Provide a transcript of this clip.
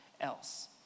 else